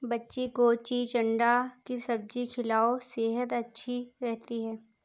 बच्ची को चिचिण्डा की सब्जी खिलाओ, सेहद अच्छी रहती है